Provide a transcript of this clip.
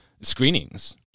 screenings